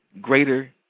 greater